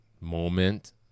moment